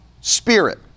Spirit